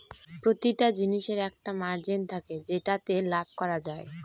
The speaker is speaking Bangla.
প্রতিটা জিনিসের একটা মার্জিন থাকে যেটাতে লাভ করা যায়